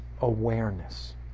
awareness